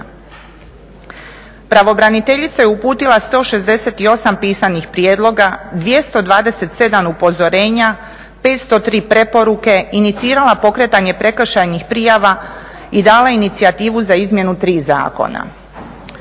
Pravobraniteljica je uputila 168 pisanih prijedloga, 227 upozorenja, 503 preporuke, inicirala pokretanje prekršajnih prijava i dala inicijativu za izmjenu tri zakona.